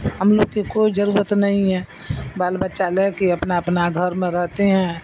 ہم لوگ کے کوئی ضرورت نہیں ہے بال بچہ لے کے اپنا اپنا گھر میں رہتے ہیں